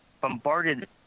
bombarded